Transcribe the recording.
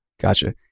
Gotcha